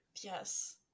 Yes